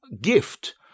gift